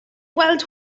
gweld